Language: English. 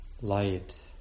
light